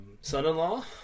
son-in-law